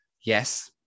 yes